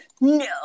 No